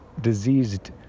diseased